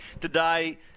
Today